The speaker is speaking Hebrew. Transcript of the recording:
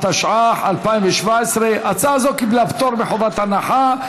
התשע"ח 2017. הצעה זו קיבלה פטור מחובת הנחה,